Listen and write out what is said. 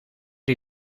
die